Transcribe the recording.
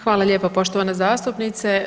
Hvala lijepo poštovana zastupnice.